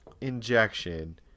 injection